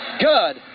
good